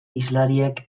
hizlariek